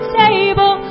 table